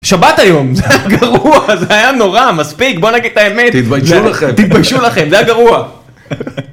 שבת היום זה היה גרוע זה היה נורא מספיק בוא נגיד את האמת תתביישו לכם תתביישו לכם זה היה גרוע